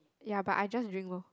ya but I just drink lor